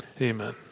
Amen